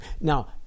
Now